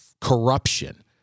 corruption